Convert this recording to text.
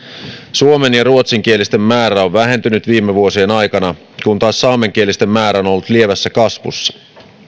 suomen ja ruotsinkielisten määrä on vähentynyt viime vuosien aikana kun taas saamenkielisten määrä on ollut lievässä kasvussa